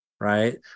right